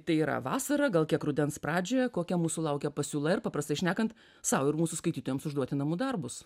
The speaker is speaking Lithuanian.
tai yra vasara gal kiek rudens pradžioje kokia mūsų laukia pasiūla ir paprastai šnekant sau ir mūsų skaitytojams užduoti namų darbus